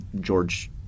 George